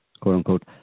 quote-unquote